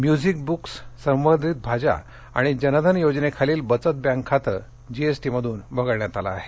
music books संवर्धित भाज्या आणि जन धन योजनेखालील बचत बँक खाते जीएसटीमधून वगळण्यात आले आहे